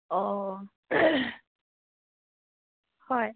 অঁ হয়